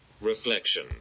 Reflection